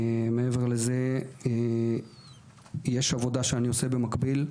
מעבר לזה, יש עבודה שאני עושה במקביל,